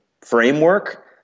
framework